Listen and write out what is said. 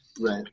Right